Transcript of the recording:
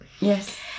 yes